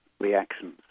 reactions